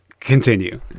Continue